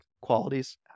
qualities